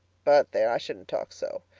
but there, i shouldn't talk so.